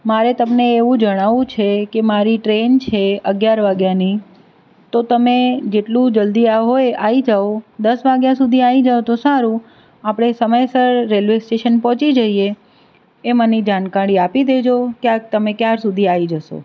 મારે તમને એવું જણાવવું છે કે મારી ટ્રેન છે અગિયાર વાગ્યાની તો તમે જેટલું જલ્દી આ હોય આવી જાઓ દસ વાગ્યા સુધી આવી જાઓ તો સારું આપણે સમયસર રેલવે સ્ટેશન પહોંચી જઇએ એ મને જાણકારી આપી દેજો કે આ તમે ક્યાં સુધી આવી જશો